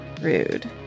Rude